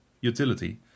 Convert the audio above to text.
utility